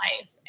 life